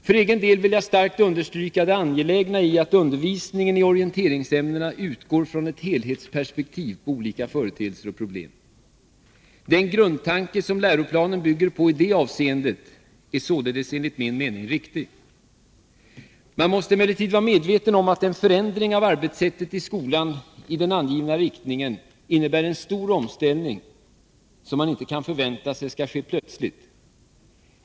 För egen del vill jag starkt understryka det angelägna i att undervisningen i orienteringsämnen utgår från ett helhetsperspektiv på olika företeelser och problem. Den grundtanke som Lgr 80 bygger på i detta avseende är således enligt min mening riktig. Man måste emellertid vara medveten om att en förändring av arbetssättet i skolan i den angivna riktningen innebär en stor omställning som man inte kan förvänta sig skall ske plötsligt.